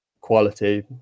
quality